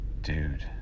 dude